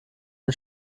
den